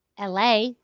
la